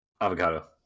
Avocado